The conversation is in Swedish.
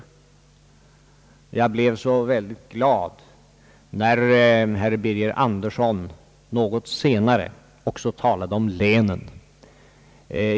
Men jag blev mycket glad när herr Birger Andersson något senare också talade om länen.